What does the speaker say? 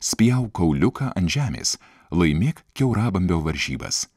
spjauk kauliuką ant žemės laimėk kiaurabambio varžybas